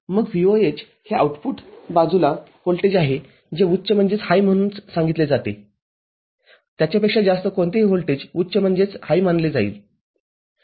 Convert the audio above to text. मग VOH हे output बाजूला व्होल्टेज आहे जे उच्च म्हणून सांगितले जाते त्याच्यापेक्षा जास्त कोणतेही व्होल्टेज उच्च मानले जाईल